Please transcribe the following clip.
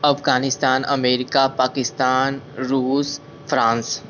Afghanistan America Pakistan रूस France